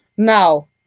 Now